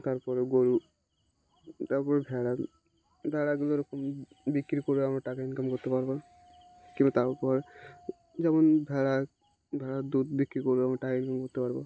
তারপরে গরু তারপর ভেড়া ভেড়াগুলো রকম বিক্রি করেও আমরা টাকা ইনকাম করতে পারবো কিংবা তারপর যেমন ভেড়া ভেড়ার দুধ বিক্রি করেও আমরা টাকা ইনকাম করতে পারবো